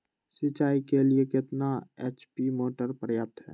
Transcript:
सिंचाई के लिए कितना एच.पी मोटर पर्याप्त है?